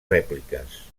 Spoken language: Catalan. rèpliques